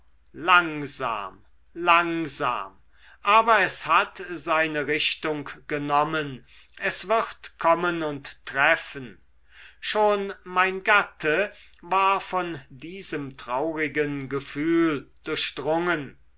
langsam langsam aber es hat seine richtung genommen es wird kommen und treffen schon mein gatte war von diesem traurigen gefühl durchdrungen